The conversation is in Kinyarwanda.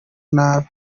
nabi